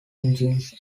engines